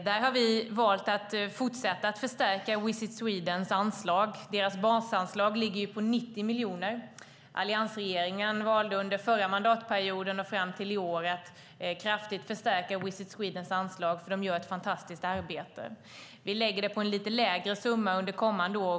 Där har vi valt att fortsätta att förstärka Visit Swedens anslag. Deras basanslag ligger på 90 miljoner. Alliansregeringen valde under förra mandatperioden och fram till i år att kraftigt förstärka Visit Swedens anslag, för de gör ett fantastiskt arbete. Vi lägger det på en lite lägre summa under kommande år.